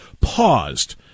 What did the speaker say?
paused